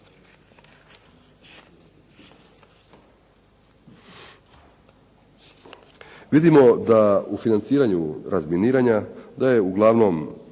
Vidimo da je u financiranju razminiranja uglavnom